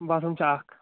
باتھ room چھُ اکھ